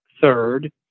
third